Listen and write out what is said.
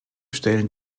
stellen